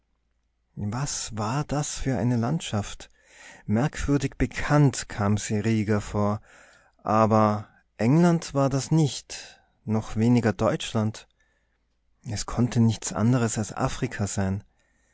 was war das für eine landschaft merkwürdig bekannt kam sie rieger vor aber england war das nicht noch weniger deutschland es konnte nichts andres als afrika sein